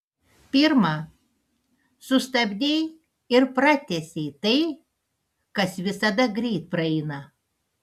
pirma sustabdei ir pratęsei tai kas visada greit praeina